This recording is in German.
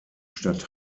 stadt